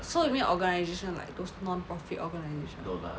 so you mean organisation like those non profit organisation ah